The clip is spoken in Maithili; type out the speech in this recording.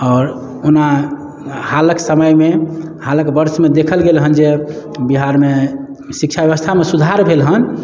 आओर ओना हालके समयमे हालके वर्षमे देखल गेल हेँ जे बिहारमे शिक्षा बेबस्थामे सुधार भेल हेँ